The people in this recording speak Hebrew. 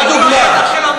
עוד דוגמה.